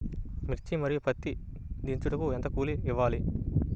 మిర్చి మరియు పత్తి దించుటకు ఎంత కూలి ఇవ్వాలి?